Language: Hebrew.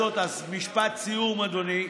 אז משפט סיום, אדוני.